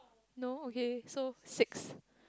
no okay so six